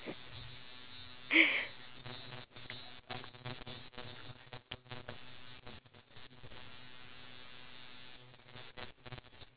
because you're I think like your mindset is that oh if I show her that side of me then she'll probably be scared but honestly in all matter of fact like